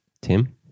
Tim